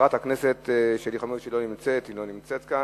וחברת הכנסת שלי יחימוביץ, שלא נמצאת כאן.